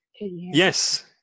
Yes